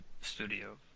studio